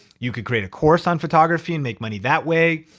you could create a course on photography and make money that way.